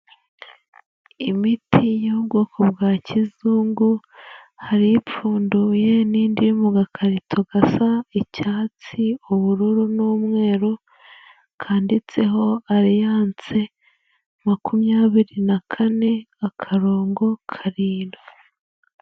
Imiti y'ubwoko bwa kizungu hari ipfunduye n'indi mu gakarito gasa icyatsi, ubururu n'umweru kanditseho Aliyanse makumyabiri na kane, akarongo karindwi.